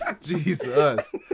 Jesus